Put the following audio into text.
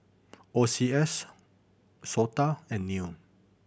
O C S SOTA and NEL